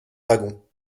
dragons